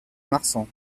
marsan